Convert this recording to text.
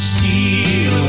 Steal